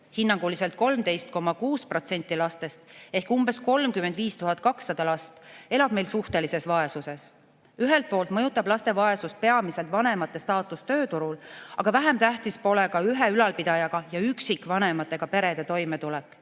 Hinnanguliselt 13,6% lastest ehk umbes 35 200 last elab meil suhtelises vaesuses. Ühelt poolt mõjutab laste vaesust peamiselt vanemate staatus tööturul, aga vähem tähtis pole ühe ülalpidajaga või üksikvanematega perede toimetulek.